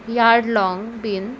yard long bean